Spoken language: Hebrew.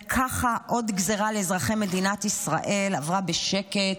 וכך עוד גזרה לאזרחי מדינת ישראל עברה בשקט,